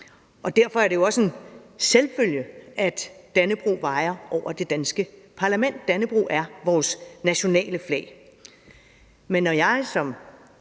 Og derfor er det jo også en selvfølge, at Dannebrog vajer over det danske parlament. Dannebrog er vores nationale flag. Men når jeg som